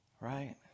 Right